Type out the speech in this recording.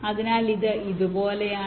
അതിനാൽ ഇത് ഇതുപോലെയാണ്